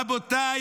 רבותיי,